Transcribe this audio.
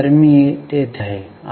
तर मी ते येथे लिहित आहे